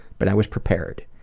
but i was prepared.